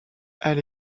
elle